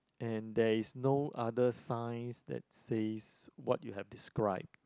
and there is no other signs that says what you have described